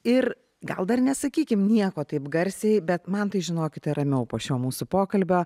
ir gal dar nesakykim nieko taip garsiai bet man tai žinokite ramiau po šio mūsų pokalbio